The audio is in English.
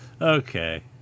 Okay